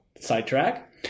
Sidetrack